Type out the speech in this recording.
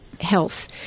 health